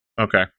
Okay